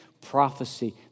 prophecy